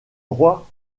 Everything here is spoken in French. roi